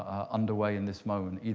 underway in this moment,